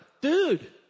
Dude